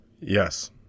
Yes